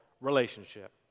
relationship